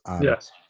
Yes